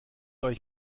euch